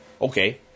Okay